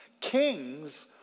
Kings